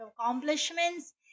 accomplishments